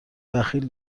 بخیل